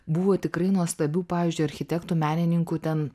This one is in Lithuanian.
buvo tikrai nuostabių pavyzdžiui architektų menininkų ten